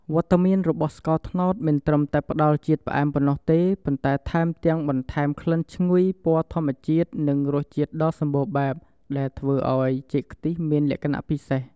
វត្តមានរបស់ស្ករត្នោតមិនត្រឹមតែផ្ដល់ជាតិផ្អែមប៉ុណ្ណោះទេ ប៉ុន្តែថែមទាំងបន្ថែម ក្លិនឈ្ងុយ ពណ៌ធម្មជាតិ និងរសជាតិដ៏សម្បូរបែប ដែលធ្វើឱ្យចេកខ្ទិះមានលក្ខណៈពិសេស។